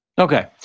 Okay